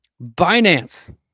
Binance